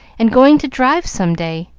and going to drive some day.